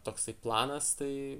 toksai planas tai